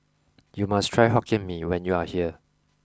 you must try hokkien me when you are here